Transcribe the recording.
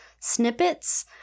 snippets